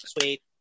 Sweet